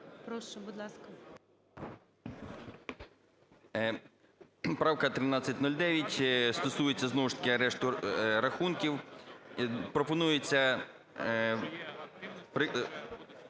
Прошу, будь ласка.